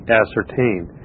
ascertained